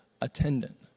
attendant